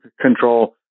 control